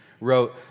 wrote